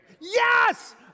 Yes